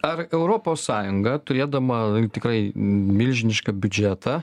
ar europos sąjunga turėdama tikrai milžinišką biudžetą